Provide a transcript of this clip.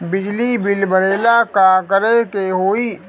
बिजली बिल भरेला का करे के होई?